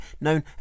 known